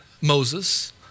Moses